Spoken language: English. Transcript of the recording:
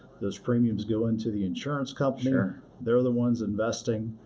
those premiums go into the insurance company. they're they're the ones investing,